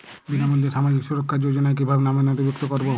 বিনামূল্যে সামাজিক সুরক্ষা যোজনায় কিভাবে নামে নথিভুক্ত করবো?